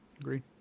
Agreed